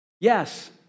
Yes